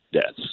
deaths